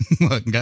look